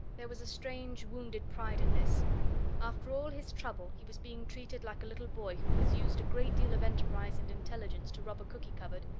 there was a strange wounded pride in this after all his trouble, he was being treated like a little boy who has used a great deal of enterprise and intelligence to rob a cookie cupboard,